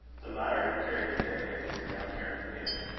the latter had carried the day, and was now carrying him.